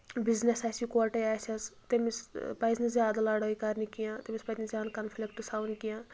business آسہِ اِکہٕ وَٹے آسیٚس تٔمِس پَزِ نہٕ زیادٕ لَڑٲے کَرنہِ کیٚنٛہہ تٔمِس پَزِ نہٕ زیادٕ کَنفِلَکٹٕس تھاوِٕنۍ کیٚنٛہہ